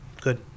Good